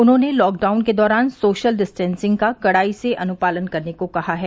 उन्होंने लॉकडाउन के दौरान सोशल डिस्टेंसिंग का कड़ाई से अनुपालन करने को कहा है